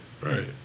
Right